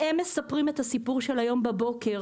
והם מספרים את הסיפור של היום בבוקר.